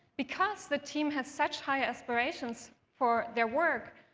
because the team had such high aspirations for their work,